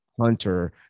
Hunter